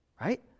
right